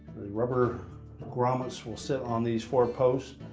rubber grommets will sit on these four posts.